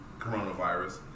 coronavirus